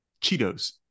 cheetos